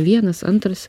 vienas antras